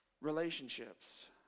Relationships